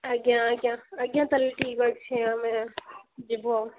ଆଜ୍ଞା ଆଜ୍ଞା ଆଜ୍ଞା ତା'ହେଲେ ଠିକ୍ ଅଛି ଆମେ ଯିବୁ ଆଉ